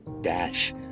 dash